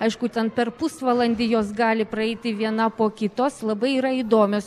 aišku ten per pusvalandį jos gali praeiti viena po kitos labai yra įdomios